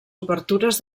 obertures